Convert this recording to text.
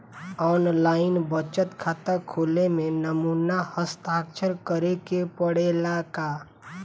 आन line बचत खाता खोले में नमूना हस्ताक्षर करेके पड़ेला का?